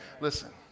Listen